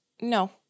No